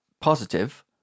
positive